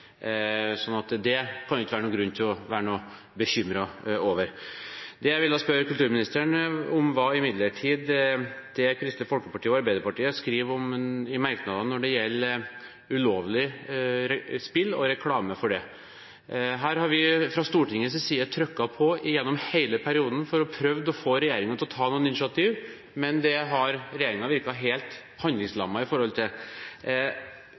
at det blir raskest mulig iverksetting. Så det kan det ikke være noen grunn til å være bekymret over. Det jeg ville spørre kulturministeren om, var imidlertid det Kristelig Folkeparti og Arbeiderpartiet skriver om i merknadene når det gjelder ulovlige spill og reklame for det. Her har vi fra Stortingets side trykket på gjennom hele perioden for å prøve å få regjeringen til å ta noen initiativer, men regjeringen har virket helt